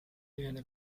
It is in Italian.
viene